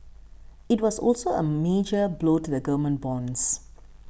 it was also a major blow to the government bonds